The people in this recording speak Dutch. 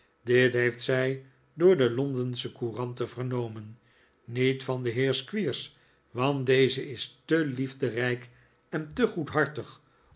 dit heeft zij door de londensche couranten vernomen niet van den heer squeers want deze is te liefderijk en te